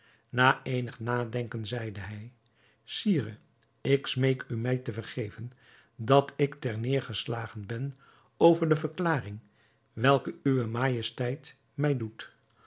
na eenig nadenken zeide hij sire ik smeek u mij te vergeven dat ik terneêrgeslagen ben over de verklaring welke uwe majesteit mij doet